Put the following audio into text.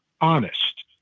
honest